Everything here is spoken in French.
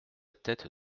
tête